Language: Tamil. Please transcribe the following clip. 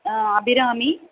அபிராமி